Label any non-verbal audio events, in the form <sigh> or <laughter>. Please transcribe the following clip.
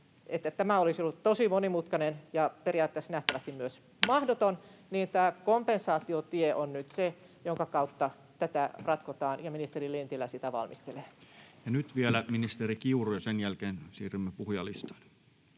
tämä olisi ollut tosi monimutkainen ja periaatteessa <noise> nähtävästi myös mahdoton, tämä kompensaatiotie on nyt se, jonka kautta tätä ratkotaan, ja ministeri Lintilä sitä valmistelee. Ja nyt vielä ministeri Kiuru, ja sen jälkeen siirrymme puhujalistaan.